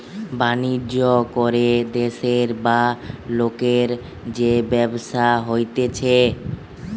বাণিজ্য করে দেশের বা লোকের যে ব্যবসা হতিছে